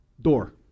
door